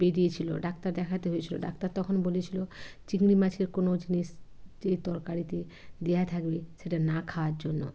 বেরিয়েছিল ডাক্তার দেখাতে হয়েছিল ডাক্তার তখন বলেছিল চিংড়ি মাছের কোনো জিনিস যে তরকারিতে দেওয়া থাকবে সেটা না খাওয়ার জন্য